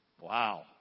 Wow